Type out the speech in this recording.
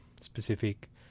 specific